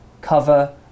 cover